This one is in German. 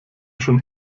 schon